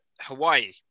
Hawaii